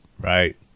Right